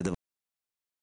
זה דבר שצריך להשתנות.